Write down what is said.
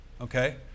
Okay